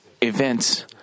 events